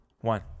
One